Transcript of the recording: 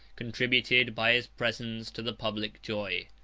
contributed by his presence to the public joy.